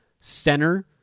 center